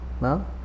No